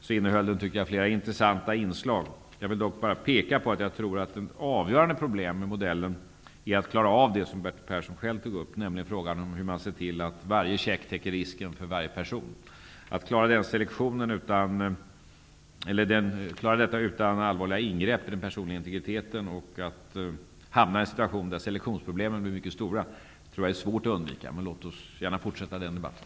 Jag tycker att den innehöll flera intressanta inslag. Jag vill dock peka på att jag tror att ett avgörande problem med modellen är att klara av det som Bertil Persson själv tog upp, nämligen att se till att varje check täcker risken för varje person. Att klara detta utan allvarliga ingrepp i den personliga integriteten och utan att hamna i en situation där selektionsproblemen blir mycket stora tror jag är svårt att undvika. Men låt oss gärna fortsätta den debatten.